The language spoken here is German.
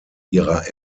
ihrer